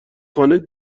خانه